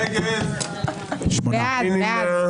מי נמנע?